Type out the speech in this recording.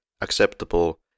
acceptable